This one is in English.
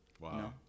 Wow